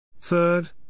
Third